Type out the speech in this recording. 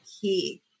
key